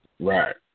Right